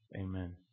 Amen